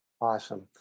Awesome